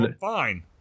fine